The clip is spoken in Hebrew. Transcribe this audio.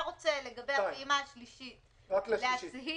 ראיתי ויכוח בין ראש הממשלה לבין